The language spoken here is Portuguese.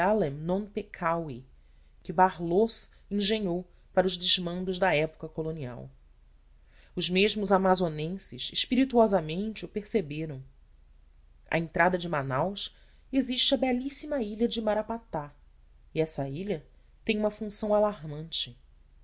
peccavi que barleaus engenhou para explicar os desmandos da época colonial os mesmos amazonenses espirituosamente o perceberam à entrada de manaus existe a belíssima ilha de marapatá e essa ilha tem uma função alarmante